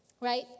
Right